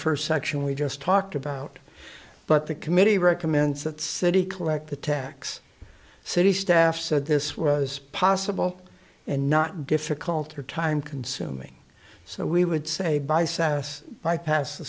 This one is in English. first section we just talked about but the committee recommends that city collect the tax city staff said this was possible and not difficult or time consuming so we would say by south by passed the